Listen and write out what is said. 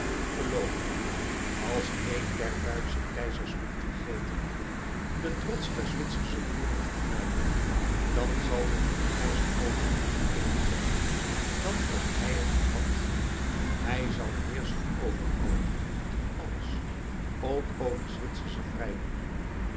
geloof me als één der duitsche keizers mocht vergeten hebben den trots der zwitsersche boeren te fnuiken dan zal men van keizer albrecht niet kunnen zeggen dat ook hij het vergat hij zal heerschen over allen en alles ook over zwitsersche